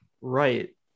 Right